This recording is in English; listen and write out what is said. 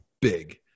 big